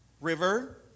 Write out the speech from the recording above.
River